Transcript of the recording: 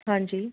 हाँ जी